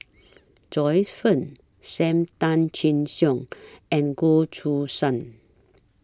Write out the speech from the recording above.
Joyce fan SAM Tan Chin Siong and Goh Choo San